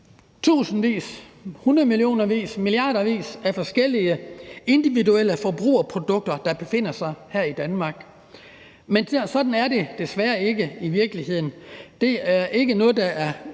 tusindvis, hundredvis af millioner, milliardvis af forskellige, individuelle forbrugerprodukter, der befinder sig her i Danmark. Men sådan er det desværre ikke i virkeligheden; det er ikke noget, der er